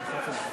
נתקבל.